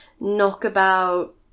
knockabout